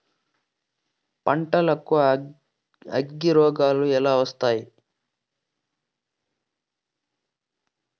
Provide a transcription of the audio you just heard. పంటకు అగ్గిరోగాలు ఎలా వస్తాయి?